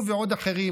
הוא ועוד אחרים,